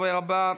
הדובר הבא,